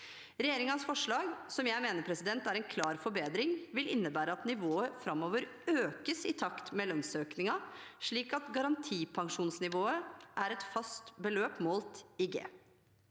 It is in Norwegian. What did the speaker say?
Regjeringens forslag – som jeg mener er en klar forbedring – vil innebære at nivået framover økes i takt med lønnsøkningen, slik at garantipensjonsnivået er et fast beløp målt i G.